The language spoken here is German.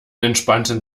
entspannten